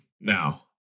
Now